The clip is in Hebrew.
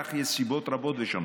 ולכך יש סיבות רבות ושונות: